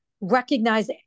recognize